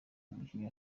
umukinnyi